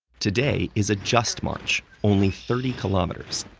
today is a just march, only thirty kilometers.